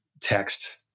text